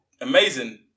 amazing